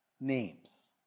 names